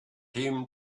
him